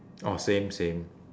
oh same same